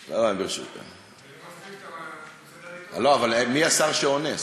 לא, אבל מי השר שעונה?